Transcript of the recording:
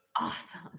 Awesome